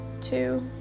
two